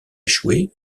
échoué